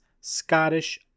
Scottish